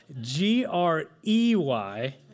G-R-E-Y